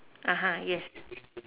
(uh huh) yes